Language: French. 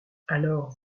alors